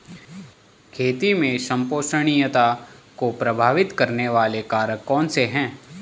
खेती में संपोषणीयता को प्रभावित करने वाले कारक कौन से हैं?